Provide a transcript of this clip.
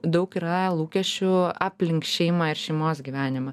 daug yra lūkesčių aplink šeimą ir šeimos gyvenimą